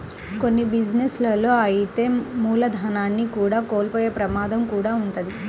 కొన్ని బిజినెస్ లలో అయితే మూలధనాన్ని కూడా కోల్పోయే ప్రమాదం కూడా వుంటది